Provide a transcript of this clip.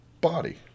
body